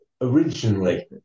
originally